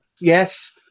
Yes